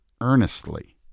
earnestly